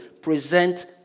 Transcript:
present